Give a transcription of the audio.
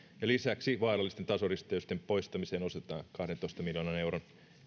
ja lisäksi vaarallisten tasoristeysten poistamiseen osoitetaan kahdentoista miljoonan euron